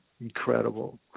incredible